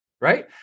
right